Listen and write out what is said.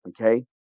Okay